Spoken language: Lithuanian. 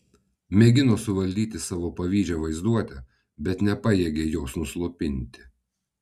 mėgino suvaldyti savo pavydžią vaizduotę bet nepajėgė jos nuslopinti